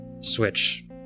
switch